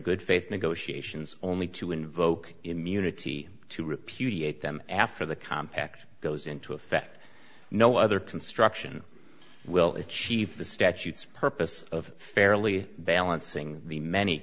good faith negotiations only to invoke immunity to repudiate them after the compact goes into effect no other construction will achieve the statutes purpose of fairly balancing the many